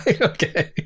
okay